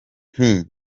nti